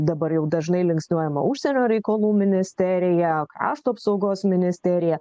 dabar jau dažnai linksniuojama užsienio reikalų ministerija krašto apsaugos ministerija